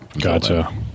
Gotcha